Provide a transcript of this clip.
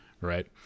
Right